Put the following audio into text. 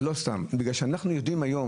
אבל לא סתם בגלל שאנחנו יודעים היום